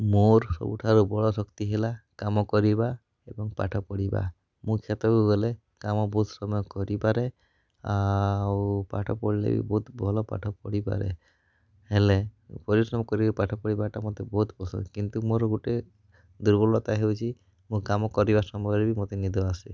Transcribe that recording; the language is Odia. ମୋର ସବୁଠାରୁ ବଡ଼ ଶକ୍ତି ହେଲା କାମ କରିବା ଏବଂ ପାଠ ପଢ଼ିବା ମୁଁ କ୍ଷେତକୁ ଗଲେ କାମ ବହୁତ ସମୟ କରିପାରେ ଆଉ ପାଠ ପଢ଼ିଲେ ବି ବହୁତ ଭଲ ପାଠ ପଢ଼ିପାରେ ହେଲେ ପରିଶ୍ରମ କରି ପାଠ ପଢ଼ିବାଟା ମୋତେ ବହୁତ ପସନ୍ଦ କିନ୍ତୁ ମୋର ଗୋଟେ ଦୁର୍ବଲତା ହେଉଛି ମୁଁ କାମ କରିବା ସମୟରେ ବି ମୋତେ ନିଦ ଆସେ